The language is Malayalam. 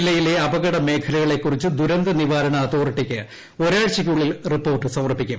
ജില്ലയിലെ അപകടമേഖലകളെക്കുറിച്ച് ദുരന്തനിവാരണ അതോറിറ്റിക്ക് ഒരാഴ്ചയ്ക്കുള്ളിൽ റിപ്പോർട്ട് സമർപ്പിക്കും